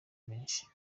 menshi